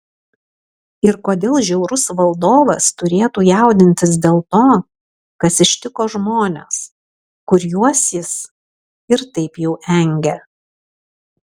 ir kodėl žiaurus valdovas turėtų jaudintis dėl to kas ištiko žmones kuriuos jis ir taip jau engia